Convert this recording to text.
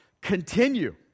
continue